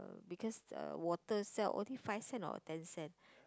because water sell only five sen or ten sen